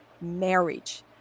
marriage